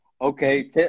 Okay